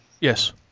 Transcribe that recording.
Yes